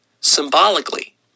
symbolically